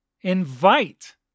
invite